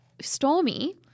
Stormy